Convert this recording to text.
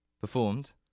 performed